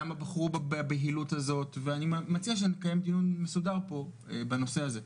למה בחרו בבהילות הזאת ואני מציע שנקיים כאן דיון מסודר בנושא הזה.